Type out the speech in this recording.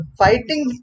fighting